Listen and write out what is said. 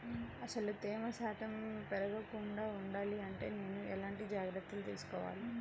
అసలు తేమ శాతం పెరగకుండా వుండాలి అంటే నేను ఎలాంటి జాగ్రత్తలు తీసుకోవాలి?